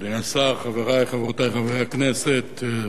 אדוני השר, חברי, חברותי, חברי הכנסת,